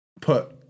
put